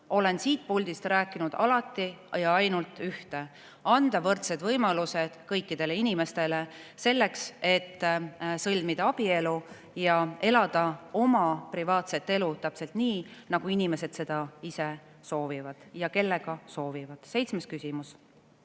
Olen siit puldist rääkinud alati ainult ühte: [soovime] anda kõikidele inimestele võrdsed võimalused selleks, et sõlmida abielu ja elada oma privaatset elu täpselt nii, nagu inimesed seda ise soovivad ja kellega soovivad. Seitsmes küsimus: